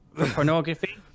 pornography